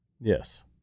Yes